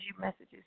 messages